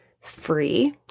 free